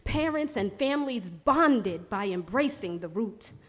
parents, and families bonded by embracing the root,